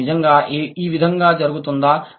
అది నిజంగా ఈ విధంగా జరుగుతుందా